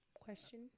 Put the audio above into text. question